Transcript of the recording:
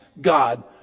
God